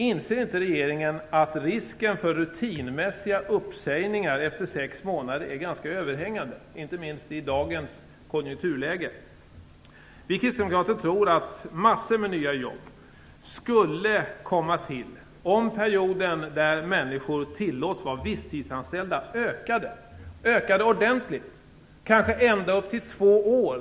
Inser inte regeringen att risken för rutinmässiga uppsägningar efter sex månader är överhängande, inte minst i dagens konjunkturläge? Vi kristdemokrater tror att massor med nya jobb skulle komma till om perioden där människor tillåts vara visstidsanställda ökade ordentligt, kanske ända upp till två år.